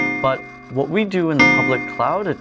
but what we do in the public cloud, and